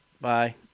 bye